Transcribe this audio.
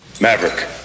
Maverick